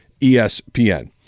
ESPN